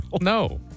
No